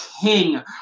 king